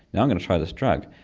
and i'm going to try this drug.